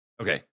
Okay